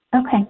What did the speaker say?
Okay